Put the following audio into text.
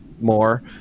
more